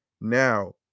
Now